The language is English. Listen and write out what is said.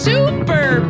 Super